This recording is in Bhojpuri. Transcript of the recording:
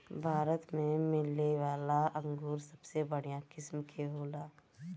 भारत में मिलेवाला अंगूर सबसे बढ़िया किस्म के होला